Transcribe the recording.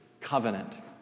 covenant